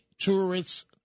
tourist's